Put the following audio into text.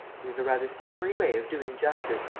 it is a rather summary way of doing justice,